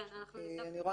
כן, אנחנו נבדוק.